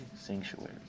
sanctuary